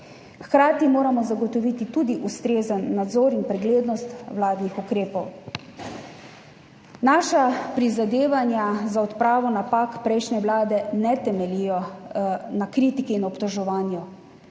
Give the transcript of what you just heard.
Hkrati moramo zagotoviti tudi ustrezen nadzor in preglednost vladnih ukrepov. Naša prizadevanja za odpravo napak prejšnje vlade ne temeljijo na kritiki in obtoževanju.